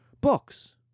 books